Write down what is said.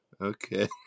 okay